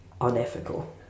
unethical